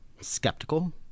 skeptical